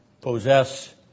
possess